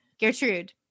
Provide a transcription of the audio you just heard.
Gertrude